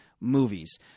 Movies